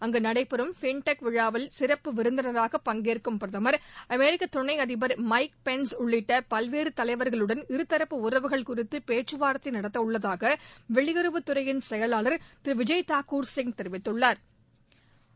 அங்கு நடைபெறும் ஃபின்டெக் விழாவில் சிறப்பு விருந்தினராக பங்கேற்கும் பிரதமர் அமெரிக்க துணை அதிபா் மைக் பெள்ஸ் உள்ளிட்ட் பல்வேறு தலைவா்களுடன் இருதரப்பு உறவுகள் குறித்து பேச்சுவார்த்தை நடத்த உள்ளதாக வெளியுறவுத் துறையின் செயலாளர் திரு விஜய் தாக்கூர் சிங் தெரிவித்துள்ளா்